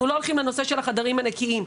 אנחנו לא הולכים לנושא של החדרים הנקיים.